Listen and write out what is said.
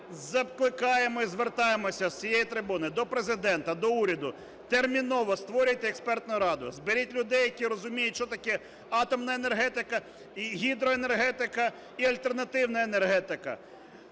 ми закликаємо і звертаємося з цієї трибуни до Президента, до уряду: терміново створюйте експертну раду, зберіть людей, які розуміють що таке атомна енергетика, гідроенергетика і альтернативна енергетика.